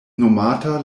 nomata